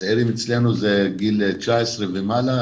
הצעירים אצלנו הם בגילי 19 ומעלה.